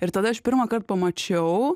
ir tada aš pirmąkart pamačiau